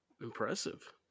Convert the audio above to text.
Impressive